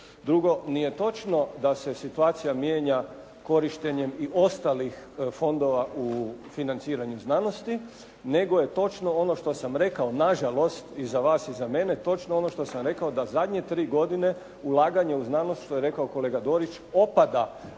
Drugo, nije točno da se situacija mijenja korištenjem i ostalih fondova u financiranju znanosti nego je točno ono što sam rekao, na žalost i za vas i za mene, točno ono što sam rekao da zadnje tri godine ulaganje u znanost što je rekao kolega Dorić opada, a